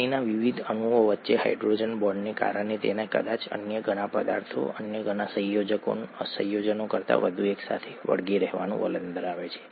પાણીના વિવિધ અણુઓ વચ્ચેના હાઇડ્રોજન બોન્ડને કારણે તેઓ કદાચ અન્ય ઘણા પદાર્થો અન્ય ઘણા સંયોજનો કરતાં વધુ એક સાથે વળગી રહેવાનું વલણ ધરાવે છે